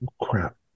Crap